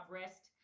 rest